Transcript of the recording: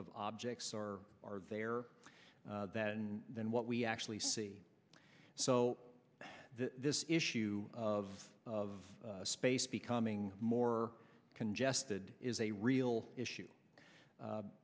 of objects or are there that and then what we actually see so this issue of of space becoming more congested is a real issue